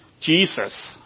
Jesus